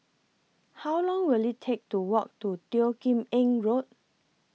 How Long Will IT Take to Walk to Teo Kim Eng Road